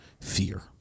fear